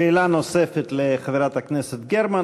שאלה נוספת לחברת הכנסת גרמן.